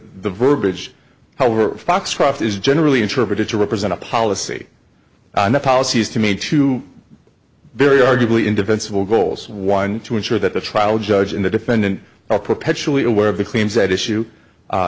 the verbiage however foxcroft is generally interpreted to represent a policy and the policy is to made two very arguably indefensible goals one to ensure that the trial judge and the defendant are perpetually aware of the claims at issue